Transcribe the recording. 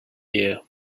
year